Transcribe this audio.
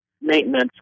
Maintenance